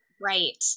Right